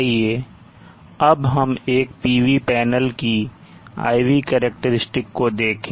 आइए अब हम एक PV पैनल की IV करैक्टेरिस्टिक्स को देखें